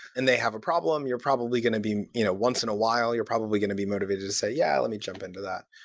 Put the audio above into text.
and they have a problem, you're probably going to be you know once in a while, you're probably going to be motivated to say, yeah, let me jump into that,